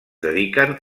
dediquen